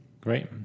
Great